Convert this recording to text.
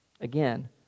Again